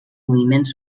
moviments